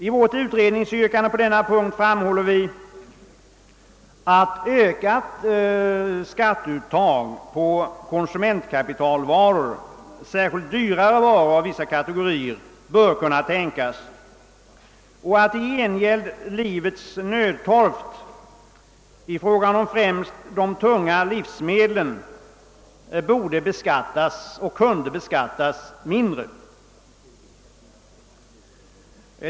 I vårt utredningsyrkande på denna punkt framhåller vi att ökat skatteunderlag på konsumentkapitalvaror — särskilt dyrare varor av vissa kategorier — bör kunna tänkas och att i gengäld livets nödtorft i fråga om främst de tunga livsmedlen borde och kunde beskattas mindre.